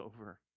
over